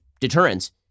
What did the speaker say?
deterrence